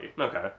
okay